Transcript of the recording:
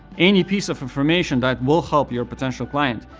any piece of information that will help your potential client,